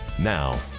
Now